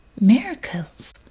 Miracles